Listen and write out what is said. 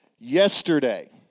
Yesterday